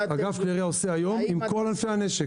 כך גם עושה היום אגף כלי ירייה עם כל ענפי הנשק.